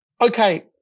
okay